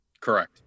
Correct